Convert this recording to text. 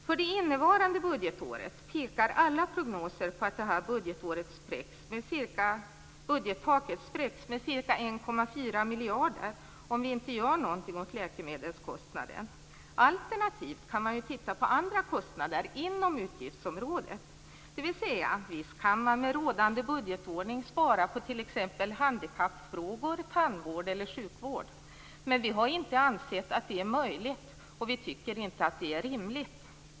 För det innevarande budgetåret pekar alla prognoser på att budgettaket spräcks med ca 1,4 miljarder, om vi inte gör något åt läkemedelskostnaden. Alternativt kan man titta på andra kostnader inom utgiftsområdet. Visst kan man med rådande budgetordning spara på t.ex. handikappfrågor, tandvård eller sjukvård, men vi har inte ansett att det är möjligt och rimligt.